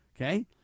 Okay